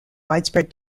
widespread